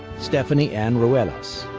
stephanie anne ruelas.